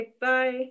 Bye